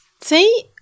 See